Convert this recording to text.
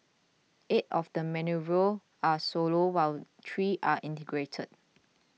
eight of the manoeuvres are solo while three are integrated